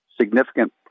significant